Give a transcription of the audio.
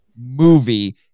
movie